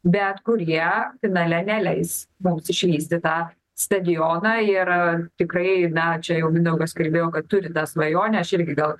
bet kurie finale neleis mums išvysti tą stadionąir tikrai na čia jau mindaugas kalbėjo kad turi tą svajonę aš irgi gal